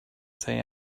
say